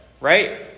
right